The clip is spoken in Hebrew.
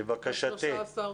לבקשתי.